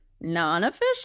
non-official